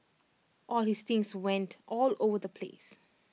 all his things went all over the place